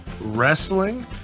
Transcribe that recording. wrestling